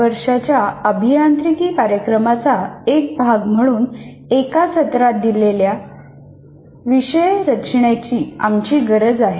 चार वर्षांच्या अभियांत्रिकी कार्यक्रमाचा एक भाग म्हणून एका सत्रात दिलेला विषय रचण्याची आमची गरज आहे